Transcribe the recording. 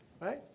Right